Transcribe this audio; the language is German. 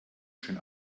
schön